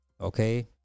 Okay